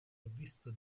provvisto